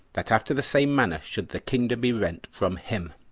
that after the same manner should the kingdom be rent from him,